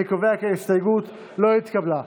אני קובע כי ההסתייגות לא התקבלה.